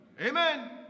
Amen